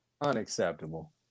Unacceptable